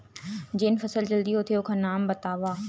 जेन फसल जल्दी होथे ओखर नाम बतावव?